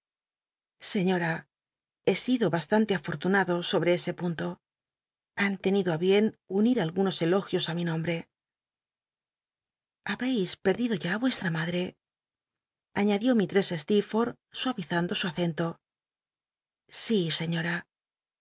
seiiora he sido bastante afortunado sobre ese punto han tenido á bien unir algunos elogios t mi nombre habeis perdido ya i vuestra madre añadió mistress stecrfortll suavizando su acento si señora